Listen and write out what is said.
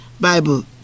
Bible